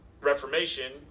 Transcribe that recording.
Reformation